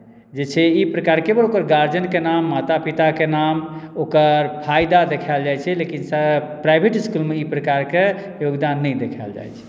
जे छै ई प्रकारके ओकर गार्जियनके नाम माता पिताके नाम ओकर फायदा देखाएल जाइत छै लेकिन प्राइवेट इस्कुलमे ई प्रकारके योगदान नहि देखाएल जाइत छै